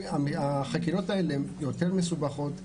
שהחקירות האלה יותר מסובכות.